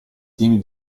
team